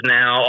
Now